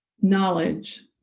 knowledge